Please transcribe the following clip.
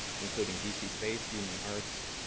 including d c. space, union arts,